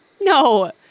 no